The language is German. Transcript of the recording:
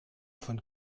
von